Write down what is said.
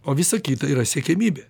o visa kita yra siekiamybė